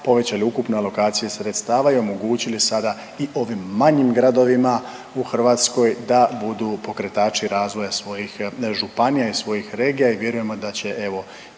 Povećali ukupnu alokaciju sredstava i omogućili sada i ovim manjim gradovima u Hrvatskoj da budu pokretači razvoja svojih županija i svojih regija i vjerujemo da će evo